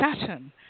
Saturn